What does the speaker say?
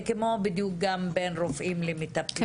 זה כמו בין רופאים ומטפלים.